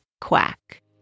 quack